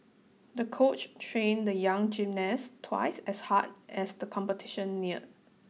the coach trained the young gymnast twice as hard as the competition neared